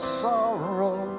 sorrow